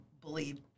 believe